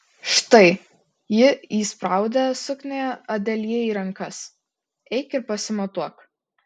štai ji įspraudė suknią adelijai į rankas eik ir pasimatuok